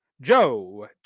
Joe